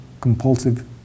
compulsive